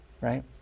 right